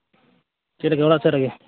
ᱪᱮᱫᱞᱮᱠᱟ ᱚᱲᱟᱜ ᱥᱮᱫ ᱨᱮᱜᱮ